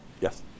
Yes